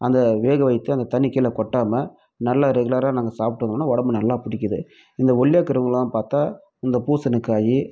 அந்த வேக வைத்த அந்த தண்ணி கீழே கொட்டாமல் நல்லா ரெகுலராக நாங்கள் சாப்பிட்டு வந்தோம்னால் உடம்பு நல்லா பிடிக்கிது இந்த ஒல்லியாக இருக்கறவுங்களாம் பார்த்தா இந்த பூசணிக்காய்